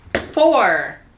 Four